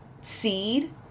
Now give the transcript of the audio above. seed